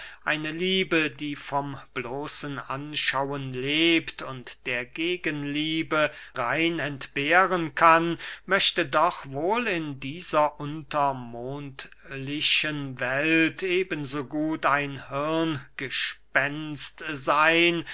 eine liebe die vom bloßen anschauen lebt und der gegenliebe rein entbehren kann möchte doch wohl in dieser untermondlichen welt eben so gut ein hirngespenst seyn